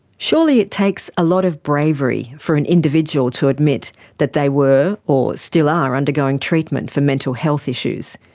surely it takes a lot of bravery for an individual to admit that they were or still are undergoing treatment for mental health issues.